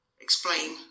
explain